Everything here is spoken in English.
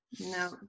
No